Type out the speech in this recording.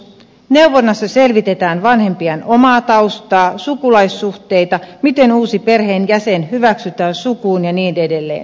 neuvonnassa selvitetään vanhempien omaa taustaa sukulaissuhteita miten uusi perheenjäsen hyväksytään sukuun ja niin edelleen